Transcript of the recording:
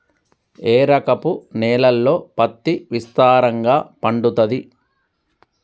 ఏ రకపు నేలల్లో పత్తి విస్తారంగా పండుతది?